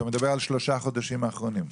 שלושת החודשים האחרונים,